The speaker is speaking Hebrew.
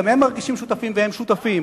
גם הם מרגישים שותפים, והם שותפים.